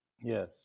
Yes